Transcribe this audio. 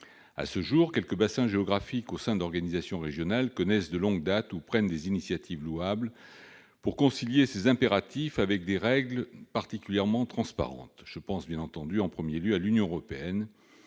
À ce jour, quelques bassins géographiques au sein d'organisations régionales connaissent de longue date ces situations ou prennent des initiatives louables pour concilier ces impératifs avec des règles particulièrement transparentes. Je pense bien entendu, en premier lieu, à l'Union européenne,